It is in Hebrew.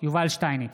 יובל שטייניץ,